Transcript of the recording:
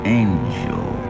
angel